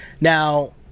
now